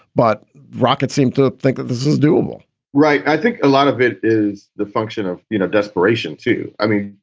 but rockets seem to think that this is doable right. i think a lot of it is the function of you know desperation, too i mean,